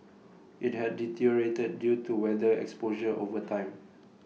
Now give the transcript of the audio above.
IT had deteriorated due to weather exposure over time